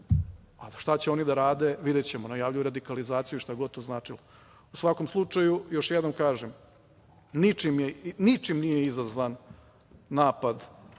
a šta će oni da rade, videćemo. Najavljuju radikalizaciju, šta god to značilo.U svakom slučaju, još jednom kažem, ničim nije izazvan napad